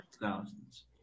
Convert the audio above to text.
thousands